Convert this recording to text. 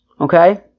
Okay